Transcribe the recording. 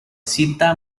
sita